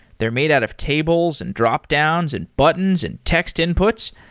they're made out of tables, and drop downs, and buttons, and text inputs.